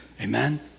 Amen